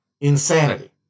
insanity